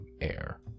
air